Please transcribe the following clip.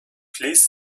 please